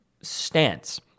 stance